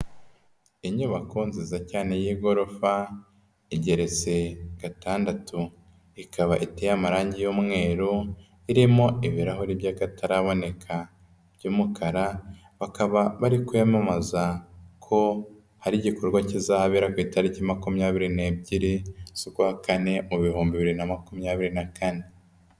Inyubako nziza cyane y'igorofa igeretse gatandatu, ikaba iteye amarangi y'umweru, irimo ibirahuri by'akataraboneka by'umukara, bakaba bari kwamamaza ko hari igikorwa kizabera ku itariki makumyabiri n'ebyiri z'ukwa Kane mu bihumbibiri na makumyabiri na kane.